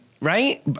Right